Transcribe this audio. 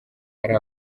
ari